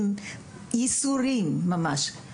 עם ייסורים ממש.